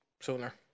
sooner